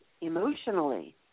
emotionally